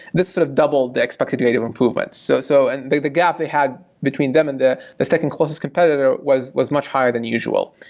this sort of doubled the expected rate of improvement. so so and the gap they had between them and the the second closest competitor was was much higher than usual.